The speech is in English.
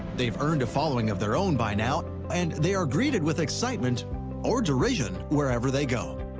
they've earned a following of their own by now, and they are greeted with excitement or derision wherever they go.